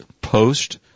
post